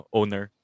owner